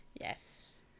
Yes